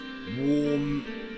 warm